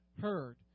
heard